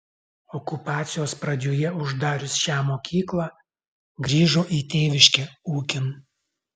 okupacijos pradžioje uždarius šią mokyklą grįžo į tėviškę ūkin